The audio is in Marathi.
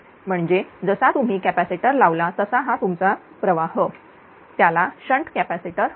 म्हणजे जसा तुम्ही कॅपॅसिटर लावला तसा हा तुमचा प्रवाह त्याला शंट कॅपॅसिटर म्हणूया